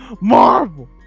Marvel